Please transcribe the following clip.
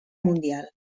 mundial